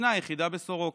ישנה יחידה בסורוקה.